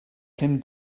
came